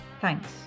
Thanks